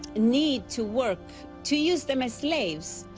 need to work, to use them as slaves.